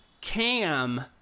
Cam